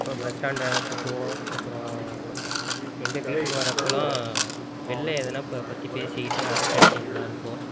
bus ஸ்டாண்டை சுற்றுவோம் அப்புறம் எங்க வீட்டுக்கு வரப்பெலாம் வெளியில் எதுனா ப பற்றி பேசிக்கிட்டு அரட்டை அடிச்சிக்கின்னு தான் இருப்போம்